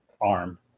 arm